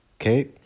okay